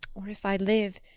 or, if i live,